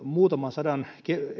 muutaman sadan